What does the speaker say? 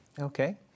Okay